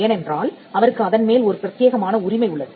ஏனென்றால் அவருக்கு அதன் மேல் ஒரு பிரத்தியேகமான உரிமை உள்ளது